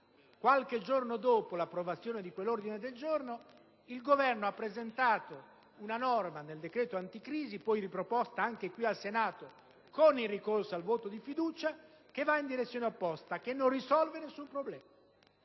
qualche giorno dopo l'approvazione di quella mozione, il Governo ha presentato una norma nel decreto anticrisi, poi riproposta anche qui al Senato con il ricorso al voto di fiducia, che va in direzione opposta rispetto alla